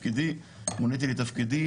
כך שאם כבר יש ילד במשפחה שלומד בחינוך ממלכתי,